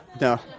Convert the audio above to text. No